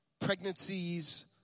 pregnancies